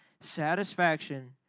satisfaction